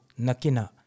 nakina